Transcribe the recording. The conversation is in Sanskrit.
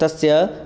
तस्य